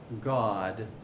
God